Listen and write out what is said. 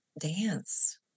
dance